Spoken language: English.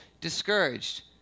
discouraged